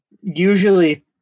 Usually